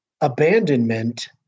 abandonment